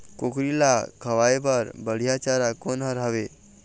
कुकरी ला खवाए बर बढीया चारा कोन हर हावे?